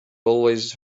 always